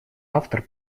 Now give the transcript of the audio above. автор